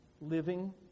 Living